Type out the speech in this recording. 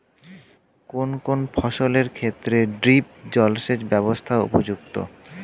কোন কোন ফসলের ক্ষেত্রে ড্রিপ জলসেচ ব্যবস্থা উপযুক্ত?